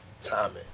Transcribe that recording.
timing